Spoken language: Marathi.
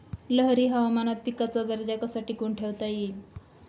लहरी हवामानात पिकाचा दर्जा कसा टिकवून ठेवता येईल?